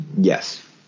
Yes